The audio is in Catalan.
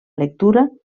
lectura